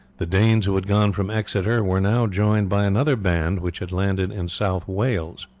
the danes who had gone from exeter were now joined by another band which had landed in south wales.